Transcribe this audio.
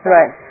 Right